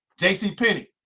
JCPenney